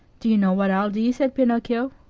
do you know what i'll do? said pinocchio.